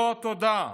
לא, תודה.